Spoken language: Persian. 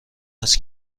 است